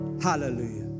hallelujah